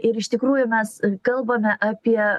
ir iš tikrųjų mes kalbame apie